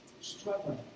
struggling